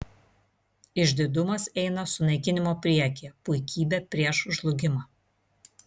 išdidumas eina sunaikinimo priekyje puikybė prieš žlugimą